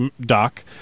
doc